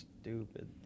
stupid